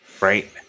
right